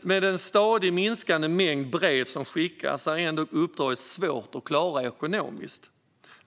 Med en stadigt minskande mängd brev som skickas är uppdraget ändock svårt att klara ekonomiskt.